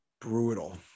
brutal